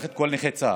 צה"ל,